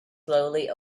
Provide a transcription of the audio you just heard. slowly